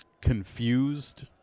confused